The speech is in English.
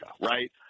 Right